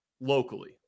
locally